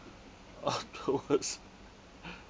afterwards